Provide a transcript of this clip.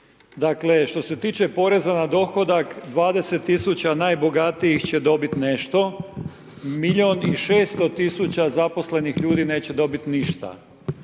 Dakle, što se tiče poreza na dohodak, 20 000 najbogatijih će dobiti nešto, milijun i 600 000 zaposlenih ljudi neće dobiti ništa.